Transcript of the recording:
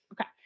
Okay